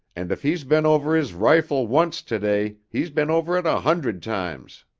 and if he's been over his rifle once today, he's been over it a hundred times.